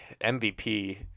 mvp